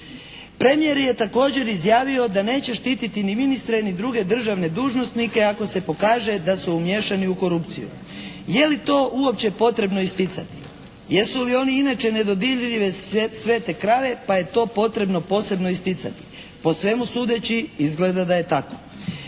Premijer je također izjavio da neće štititi ni ministre ni druge državne dužnosnike ako se pokaže da su umiješani u korupciju. Je li to uopće potrebno isticati? Jesu li oni inače nedodirljive svete krave pa je to potrebno posebno isticati? Po svemu sudeći izgleda da je tako.